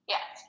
Yes